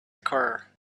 occur